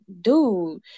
dude